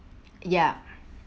ya